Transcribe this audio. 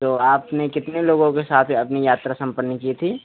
तो आपने कितने लोगों के साथ अपनी यात्रा सम्पन्न की थी